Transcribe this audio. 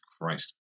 Christ